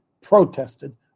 protested